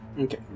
Okay